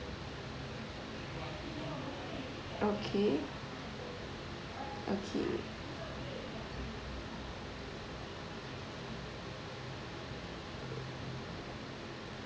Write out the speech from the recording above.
okay okay